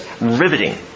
riveting